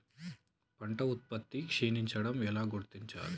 పంట ఉత్పత్తి క్షీణించడం ఎలా గుర్తించాలి?